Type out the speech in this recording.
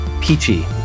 Peachy